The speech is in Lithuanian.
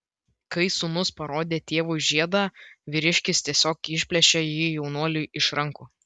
kai sūnus parodė tėvui žiedą vyriškis tiesiog išplėšė jį jaunuoliui iš rankų